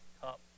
cup